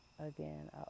Again